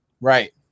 Right